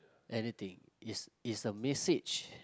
anything is is a message